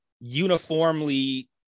uniformly